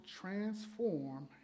transform